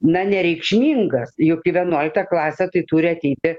na nereikšmingas juk į vienuoliktą klasę tai turi ateiti